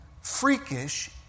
freakish